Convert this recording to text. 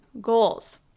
goals